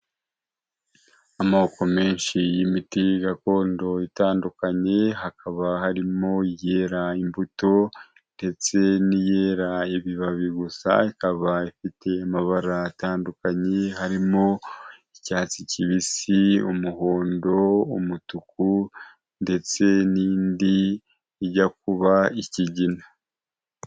Amoko menshi y'imiti gakondo itandukanye, hakaba harimo iyera imbuto ndetse n'iyera ibibabi gusa, ikaba ifite amabara atandukanye, harimo icyatsi kibisi, umuhondo, umutuku ndetse n'indi ijya kuba ikigina.